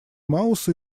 мауса